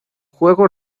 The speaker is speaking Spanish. juego